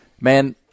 Man